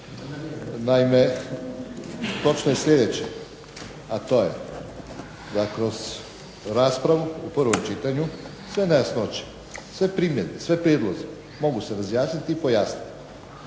Naime, točno je sljedeće, a to je da kroz raspravu u prvom čitanju sve nejasnoće, sve primjedbe, svi prijedlozi mogu se razjasniti i pojasniti,